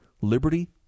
liberty